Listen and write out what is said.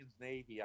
Navy